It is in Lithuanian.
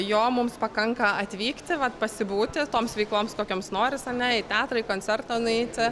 jo mums pakanka atvykti vat pasibūti toms veikloms tokioms norisi ane į teatrą į koncertą nueiti